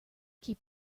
keep